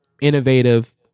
innovative